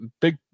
big